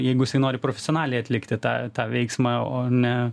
jeigu jisai nori profesionaliai atlikti tą tą veiksmą o ne